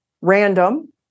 random